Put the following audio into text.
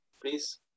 please